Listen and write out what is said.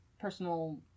personal